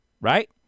Right